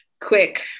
quick